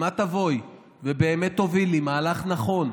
אם את תבואי ובאמת תובילי מהלך נכון,